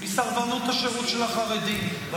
הסרבנות של החרדים,